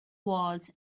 walls